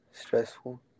stressful